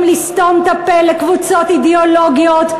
לסתום את הפה לקבוצות אידיאולוגיות,